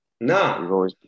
No